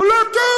הוא לא טוב.